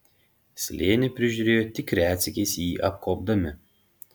slėnį prižiūrėjo tik retsykiais jį apkuopdami